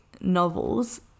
novels